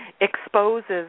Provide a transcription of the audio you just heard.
exposes